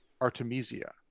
artemisia